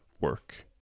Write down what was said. work